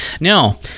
Now